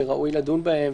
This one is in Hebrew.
שראוי לדון בהם,